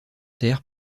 terre